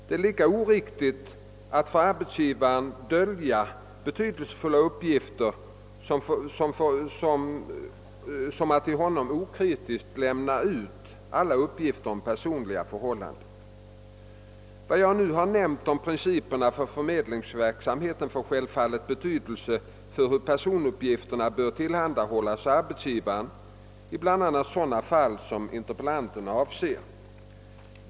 Det är lika oriktigt att för arbetsgivaren dölja betydelsefulla uppgifter som att till honom okritiskt lämna ut alla uppgifter om personliga förhållanden. Vad jag nu har nämnt om principerna för förmedlingsverksamheten får självfallet betydelse för hur personuppgifter bör tillhandahållas arbetsgivare i bl.a. sådana fall som interpellanten avser.